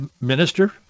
minister